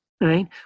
Right